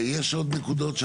יש עוד נקודות?